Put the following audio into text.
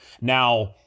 Now